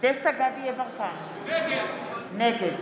דסטה גדי יברקן, נגד